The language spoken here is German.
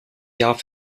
jahr